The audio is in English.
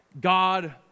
God